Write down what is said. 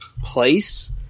place